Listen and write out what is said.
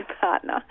partner